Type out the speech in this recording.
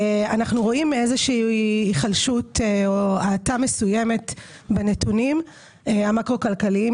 אנחנו רואים היחלשות או האטה מסוימת בנתונים המקרו כלכליים,